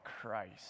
Christ